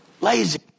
lazy